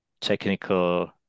technical